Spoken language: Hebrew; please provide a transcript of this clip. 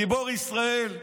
גיבור ישראל,